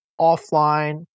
offline